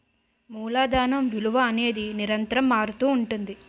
మూలధనం విలువ అనేది నిరంతరం మారుతుంటుంది